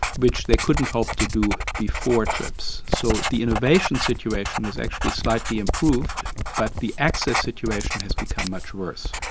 which they couldn't hope to do before trips. so the innovation situation is actually slightly improved but the access situation has become much worse.